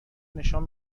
نشان